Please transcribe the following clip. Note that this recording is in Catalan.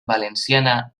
valenciana